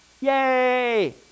Yay